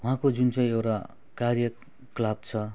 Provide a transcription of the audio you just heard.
उहाँको जुन चाहिँ एउटा कार्य क्लब छ